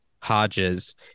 hodges